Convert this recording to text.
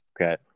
Okay